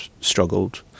struggled